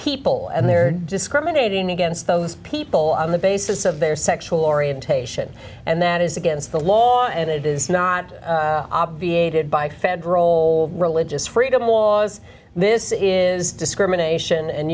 people and they're discriminating against those people on the basis of their sexual orientation and that is against the law and it is not obviated by federal religious freedom laws this is discrimination and